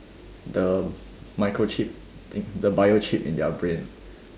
the microchip the bio chip in their brain